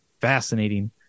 fascinating